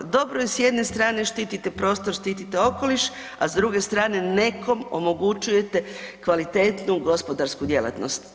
Dobro je s jedne strane štitite prostor, štitite okoliš, a s druge strane nekom omogućujete kvalitetnu gospodarsku djelatnost.